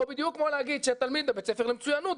או בדיוק כמו להגיד שתלמיד בבית ספר למצוינות,